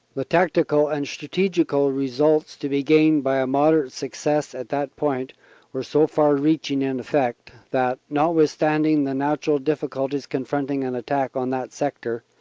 the tactical and strategical results to be gained by a moderate success at that point were so far reaching in effect that, notwithstanding the natural difficulties confronting an attack on that sector,